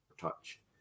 touch